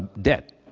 debt.